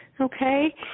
Okay